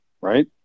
right